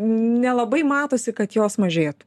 nelabai matosi kad jos mažėtų